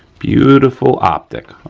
beautiful optic.